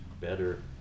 better